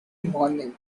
morning